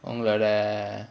உங்களோட:ungaloda